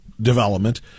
development